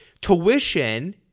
tuition